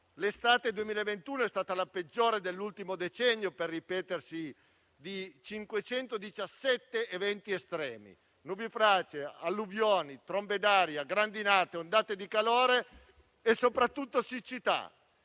L'estate 2021 è stata la peggiore dell'ultimo decennio per il ripetersi di 517 eventi estremi (nubifragi, alluvioni, trombe d'aria, grandinate, ondate di calore e soprattutto siccità).